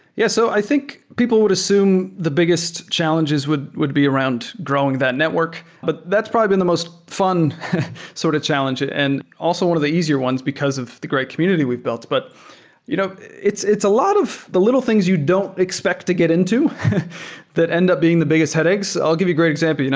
yeah. so i think people would assume the biggest challenges would would be around growing that network, but that's probably been the most fun sort of challenge and also one of the easier ones because of the great community we've built. but you know it's a lot of the little things you don't expect to get into that end up being the biggest headaches. i'll give you a great example. you know